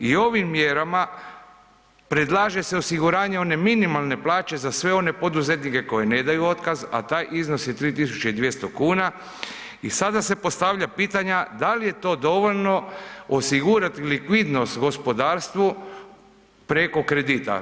I ovim mjerama predlaže se osiguranje one minimalne plaće za sve one poduzetnike koji ne daju otkaz, a taj iznos je 3.200,00 kn i sada se postavlja pitanja da li je to dovoljno osigurat likvidnost gospodarstvu preko kredita?